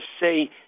say